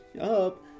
Up